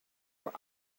were